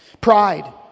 Pride